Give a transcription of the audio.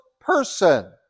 person